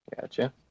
gotcha